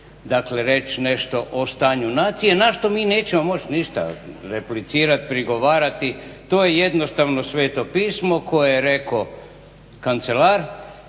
Dakle, reći nešto o stanju nacije na što mi nećemo moći ništa replicirat, prigovarati. To je jednostavno sveto pismo koje je rekao kancelar